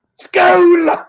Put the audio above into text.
School